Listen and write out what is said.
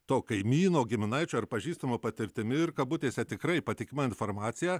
to kaimyno giminaičio ar pažįstamo patirtimi ir kabutėse tikrai patikima informacija